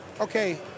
Okay